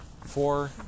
four